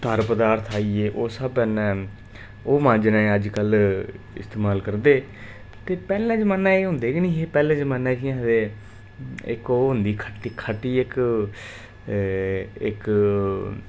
खाद पदार्थ आई गे होर स्हाबै कन्नै ओह् मांजने अज्जकल इस्तेमाल करदे ते पैह्ले जमानै एह् होंदे गै नेही पैह्ले जमानै केह् आखदे इक ओह् औंदी ही खट्ट खट्टी इक ऐ एक्क